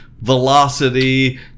Velocity